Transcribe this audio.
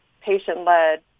patient-led